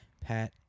Pat